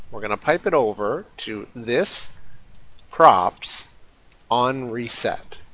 we're gonna pipe it over to this props onreset,